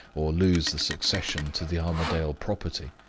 or lose the succession to the armadale property.